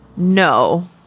no